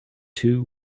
two